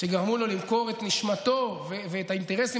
גרם לו למכור את נשמתו ואת האינטרסים